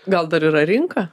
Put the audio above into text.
gal dar yra rinka